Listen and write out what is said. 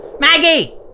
Maggie